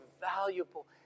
valuable